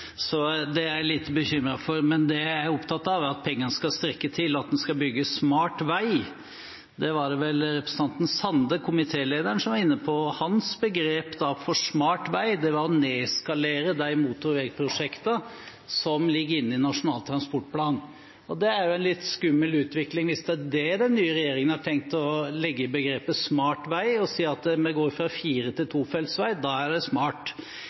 Så det er jeg lite bekymret for. Men det jeg er opptatt av, er at pengene skal strekke til, og at en skal bygge smart vei. Det var vel representanten Sande, komitélederen, som var inne på en definisjon av begrepet «smart vei»: å nedskalere de motorveiprosjektene som ligger inne i Nasjonal transportplan. Det er en litt skummel utvikling hvis det er dette den nye regjeringen har tenkt å legge i begrepet «smart vei»: Hvis vi går fra fire- til tofeltsvei, er det smart.